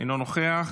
אינו נוכח.